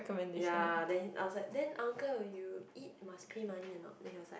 ya then he eat outside then uncle you eat must pay money or not then he was like